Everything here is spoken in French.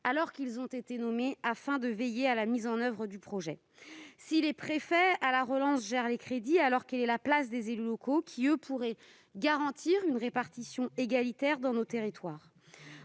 alors qu'ils ont été nommés pour veiller à la mise en oeuvre du plan. Si les préfets à la relance gèrent les crédits, quelle est alors la place des élus locaux, qui, eux, pourraient garantir une répartition égalitaire dans nos territoires ?